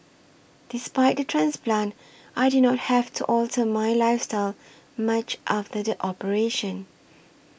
despite the transplant I did not have to alter my lifestyle much after the operation